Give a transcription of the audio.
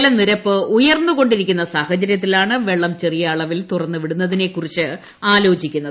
ജലനിരപ്പ് ഉയർന്നുകൊണ്ടിരിക്കുന്ന സാഹചര്യത്തിലാണ് വെള്ളം ചെറിയ അളവിൽ തുറന്നു വിടുന്നതിനെക്കറിച്ച് ആലോചിക്കുന്നത്